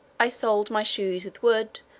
i soled my shoes with wood,